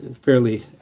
fairly